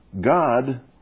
God